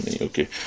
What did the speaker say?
okay